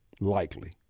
Likely